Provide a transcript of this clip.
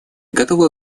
готова